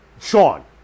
Sean